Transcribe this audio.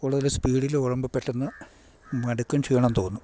കൂടുതല് സ്പീഡില് ഒടുമ്പോൾ പെട്ടെന്ന് മടുക്കും ക്ഷീണം തോന്നും